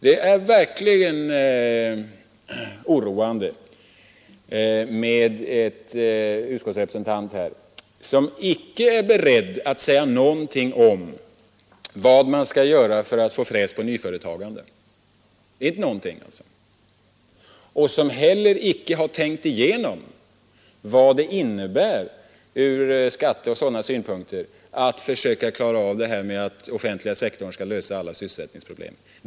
Det är verkligen oroande med en utskottsrepresentant som icke är beredd att här säga någonting om vad man skall göra för att att få fräs på nyföretagandet och som heller icke har tänkt igenom vad det innebär ur skattesynpunkt och andra synpunkter att försöka klara av svårigheterna genom att låta den offentliga sektorn lösa alla sysselsättningsproblem.